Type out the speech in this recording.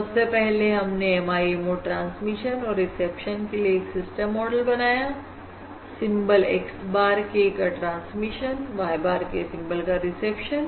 सबसे पहले हमने MIMO ट्रांसमिशन और रिसेप्शन के लिए एक सिस्टम मॉडल बनाया सिंबल x bar k का transmission y bar k symbol का रिसेप्शन